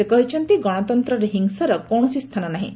ସେ କହିଛନ୍ତି ଗଣତନ୍ତରେ ହିଂସାର କୌଣସି ସ୍ଥାନ ନାହିଁ